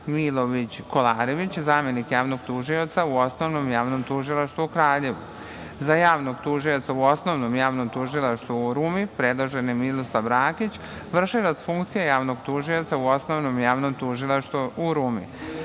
Milović Kolarević, zamenik javnog tužioca u Osnovom i Javnom tužilaštvu u Kraljevu. Za javnog tužioca u Osnovnom i Javnom tužilaštvu u Rumi, predložen je Milosav Rakić, vršilac funkcije javnog tužioca u Osnovnom i Javnom tužilaštvu u Rumi. Na